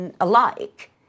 alike